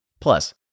Plus